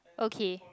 okay